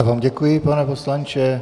Já vám děkuji, pane poslanče.